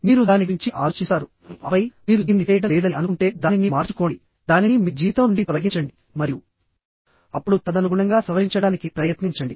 మీరు దాని గురించి ఆలోచిస్తారు ఆపై మీరు దీన్ని చేయడం లేదని అనుకుంటే దానిని మార్చుకోండి దానిని మీ జీవితం నుండి తొలగించండి మరియుఅప్పుడు తదనుగుణంగా సవరించడానికి ప్రయత్నించండి